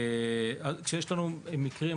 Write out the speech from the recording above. כשיש לנו מקרים,